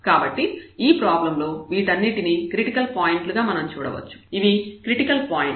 కాబట్టి ఈ ప్రాబ్లం లో వీటినన్నింటినీ క్రిటికల్ పాయింట్లు గా మనం చూడవచ్చు ఇవి క్రిటికల్ పాయింట్లు